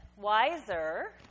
wiser